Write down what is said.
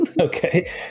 okay